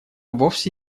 вовсе